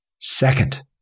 Second